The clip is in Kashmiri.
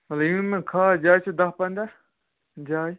وۅنۍ ؤنِو یِم خاص جایہِ چھےٚ دَہ پَنٛداہ جایہِ